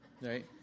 right